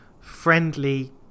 friendly